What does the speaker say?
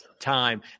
time